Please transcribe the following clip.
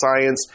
science